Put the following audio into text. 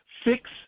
Fix